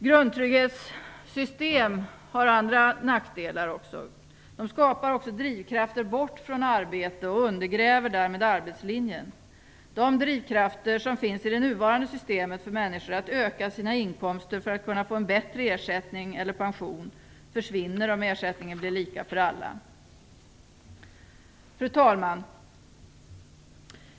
Grundtrygghetssystem har också andra nackdelar. De skapar drivkrafter bort från arbete och undergräver därmed arbetslinjen. De drivkrafter som finns i det nuvarande systemet för människor att öka sina inkomster för att kunna få en bättre ersättning eller pension försvinner om ersättningen blir lika för alla. Fru talman!